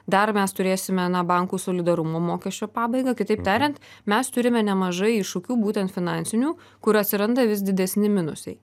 dar mes turėsime na bankų solidarumo mokesčio pabaigą kitaip tariant mes turime nemažai iššūkių būtent finansinių kur atsiranda vis didesni minusai